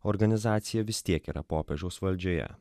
organizacija vis tiek yra popiežiaus valdžioje